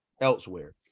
elsewhere